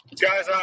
guys